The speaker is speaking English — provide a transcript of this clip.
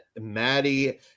Maddie